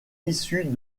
issus